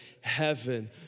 Heaven